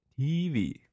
TV